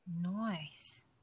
nice